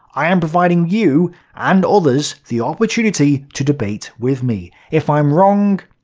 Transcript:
i am providing you and others the opportunity to debate with me. if i'm wrong,